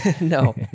No